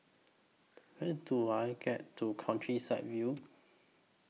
How Do I get to Countryside View